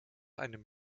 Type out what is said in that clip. einem